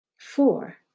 Four